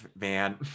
Man